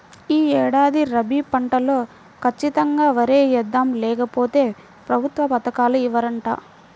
యీ ఏడాది రబీ పంటలో ఖచ్చితంగా వరే యేద్దాం, లేకపోతె ప్రభుత్వ పథకాలు ఇవ్వరంట